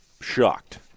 shocked